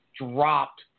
dropped